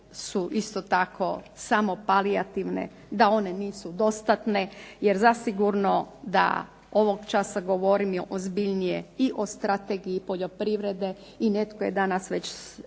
da su one isto tako samo palijativne, da one nisu dostatne, jer zasigurno da ovog časa govorimo ozbiljnije i o strategiji poljoprivrede i netko je danas već spomenuo